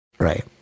Right